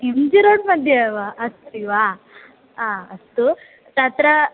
M G रोड्मध्ये एव अस्ति वा हा अस्तु तत्र